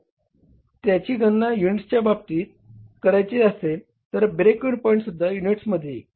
जर त्याची गणना युनिटच्या बाबतीत करायची असेल तर ब्रेक इव्हन पॉईंटसुद्धा युनिट्समध्ये येईल